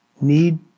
need